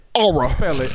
Aura